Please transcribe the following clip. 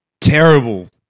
terrible